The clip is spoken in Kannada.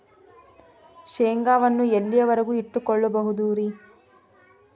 ಶೇಂಗಾವನ್ನು ಎಲ್ಲಿಯವರೆಗೂ ಇಟ್ಟು ಕೊಳ್ಳಬಹುದು ರೇ?